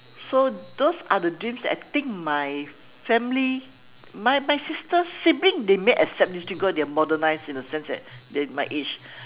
so those are the dreams that I think my family my my sister siblings they may accept these dreams because they are modernized in a sense that they are at my age